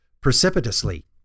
precipitously